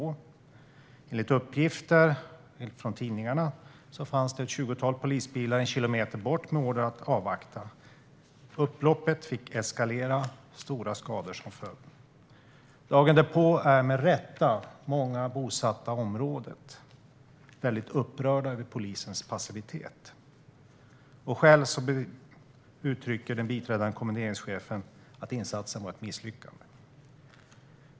Enligt uppgifter i tidningarna fanns det ett tjugotal polisbilar en kilometer bort med order att avvakta. Upploppet fick eskalera, med stora skador som följd. Dagen därpå var, med rätta, många bosatta i området väldigt upprörda över polisens passivitet. Den biträdande kommenderingschefen uttryckte själv att insatsen var ett misslyckande.